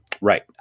Right